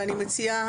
ואני מציעה,